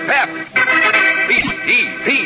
Pep